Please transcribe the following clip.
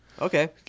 Okay